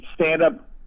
stand-up